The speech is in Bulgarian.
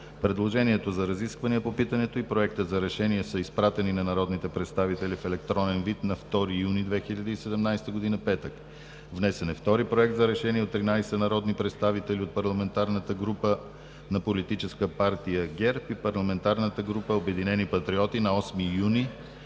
Предложението за разисквания по питането и Проектът за решение са изпратени на народните представители в електронен вид на 2 юни 2017 г., петък. Внесен е и втори Проект за решение от 18 народни представители от парламентарната група на Политическа партия ГЕРБ на 8 юни 2017 г., четвъртък, и